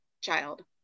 child